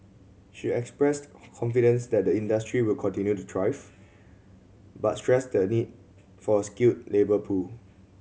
she expressed confidence that the industry will continue to thrive but stressed the need for a skilled labour pool